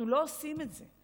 אנחנו לא עושים את זה.